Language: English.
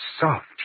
soft